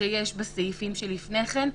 שיש בסעיפים שלפני כן.